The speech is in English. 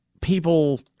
people